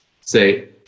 say